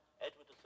Edward